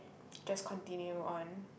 just continue on